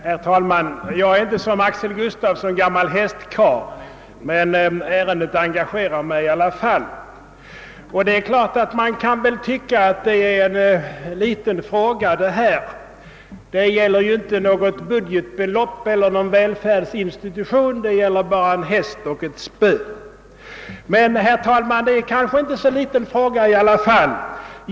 Herr talman! Jag är inte gammal hästzarl som herr Axel Gustafsson, men ärendet engagerar mig i alla fall. Man kan tycka att det här är en liten fråga. Det gäller ju inte något budgetbelopp eller någon välfärdsinstitution, det gäller bara en häst och ett spö. Men, herr talman, det är kanske ändå inte en liten fråga.